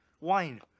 wine